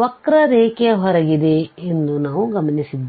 ವಕ್ರರೇಖೆಯ ಹೊರಗಿದೆ ಎಂದು ನಾವು ಗಮನಿಸಿದ್ದೇವೆ